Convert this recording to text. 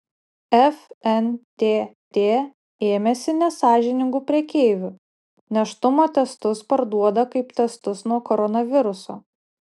fntt ėmėsi nesąžiningų prekeivių nėštumo testus parduoda kaip testus nuo koronaviruso